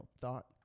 thought